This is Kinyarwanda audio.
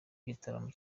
igitaramo